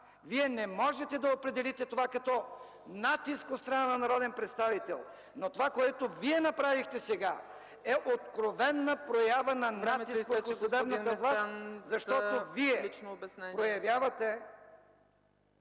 Вие не можете да определите това като натиск от страна на народен представител. Това, което Вие направихте сега, е откровена проява на натиск върху съдебната власт,...